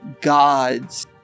gods